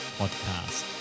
podcast